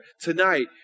tonight